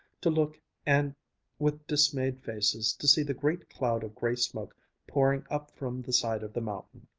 to look and with dismayed faces to see the great cloud of gray smoke pouring up from the side of the mountain.